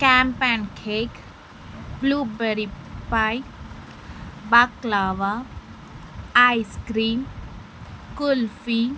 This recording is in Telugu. camp and cake blueberry pie baklava ice cream kulfi